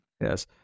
Yes